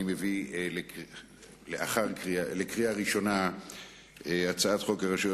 אני מביא לקריאה ראשונה את הצעת חוק הרשויות